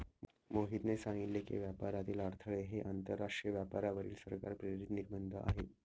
मोहितने सांगितले की, व्यापारातील अडथळे हे आंतरराष्ट्रीय व्यापारावरील सरकार प्रेरित निर्बंध आहेत